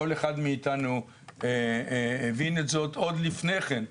כל אחד מאיתנו הבין את זאת עוד לפני כן,